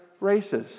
races